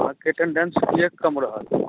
अहाँके अटेन्डेन्स किए कम रहल